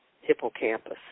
hippocampus